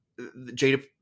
Jada